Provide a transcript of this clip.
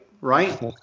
right